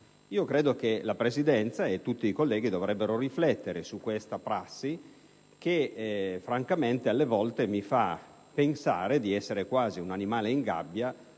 Io credo che la Presidenza e i colleghi dovrebbero riflettere su questa prassi che, francamente, alle volte mi fa pensare di essere quasi un animale in gabbia